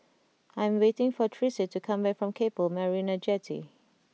I'm waiting for Tressie to come back from Keppel Marina Jetty